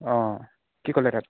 অঁ কি ক'লে তাত